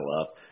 up